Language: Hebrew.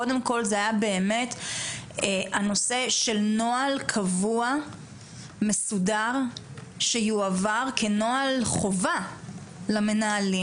קודם כל זה היה הנושא של נוהל קבוע מסודר שיועבר כנוהל חובה למנהלים,